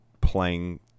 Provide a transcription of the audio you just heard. playing